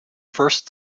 first